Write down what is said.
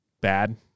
bad